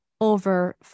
over